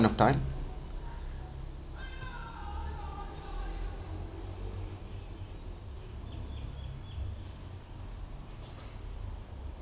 of time